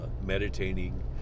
Meditating